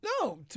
no